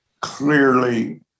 clearly